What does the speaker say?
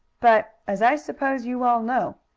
but, as i suppose you all know,